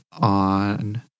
on